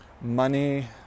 money